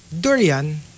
durian